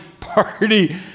party